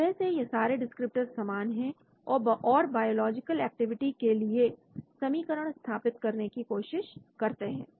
एक तरह से यह सारे डिस्क्रिप्टर्स समान है और बायोलॉजिकल एक्टिविटी के लिए समीकरण स्थापित करने की कोशिश करता है